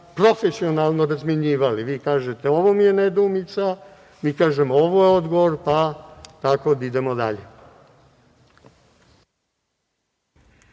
profesionalno razmenjivali. Vi kažete – ovo mi je nedoumica, mi kažemo – ovo je odgovor, pa tako da idemo dalje.